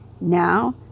now